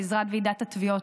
בעזרת ועידת התביעות,